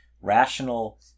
rational